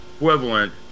equivalent